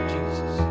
Jesus